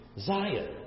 Zion